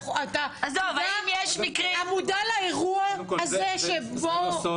אתה מודע לאירוע הזה שבו -- קודם כל,